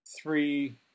three